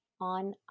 on